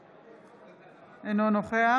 אינו נוכח איימן עודה, אינו נוכח